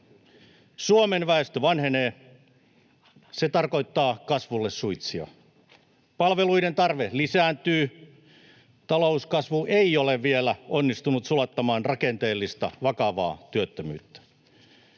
Suomen väestö vanhenee. Se tarkoittaa kasvulle suitsia. Palveluiden tarve lisääntyy. Talouskasvu ei ole vielä onnistunut sulattamaan vakavaa rakenteellista työttömyyttä.